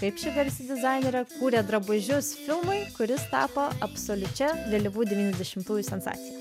kaip ši garsi dizainerė kūrė drabužius filmui kuris tapo absoliučia vėlyvų devyniasdešimtųjų sensacija